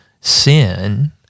sin